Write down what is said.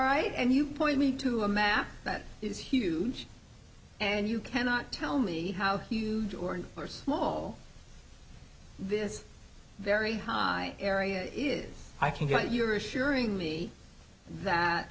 right and you point me to a map that is huge and you cannot tell me how huge or and or small this very high area is i can get your assuring me that